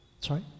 Sorry